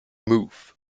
move